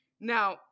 Now